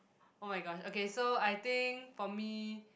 oh-my-god okay so I think for me